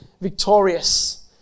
victorious